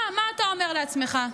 מה אתה אומר לעצמך?